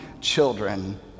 children